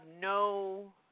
no